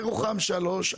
ירוחם 3,